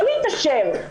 לא להתעשר.